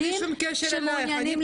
לא, זה בלי שום קשר אלייך, אני